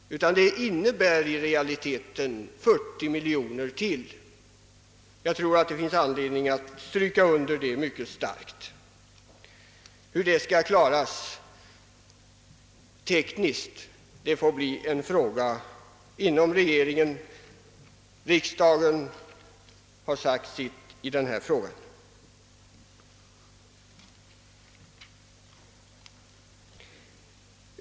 Förslaget innebär alltså i realiteten att vi får ytterligare 40 miljoner kronor till u-hjälpen. Jag tror att det finns anledning att betona detta mycket starkt. Hur det skall klaras tekniskt får bli en fråga inom regeringen; riksdagen har sagt sitt.